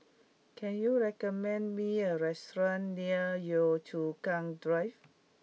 can you recommend me a restaurant near Yio Chu Kang Drive